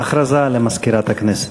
הודעה למזכירת הכנסת.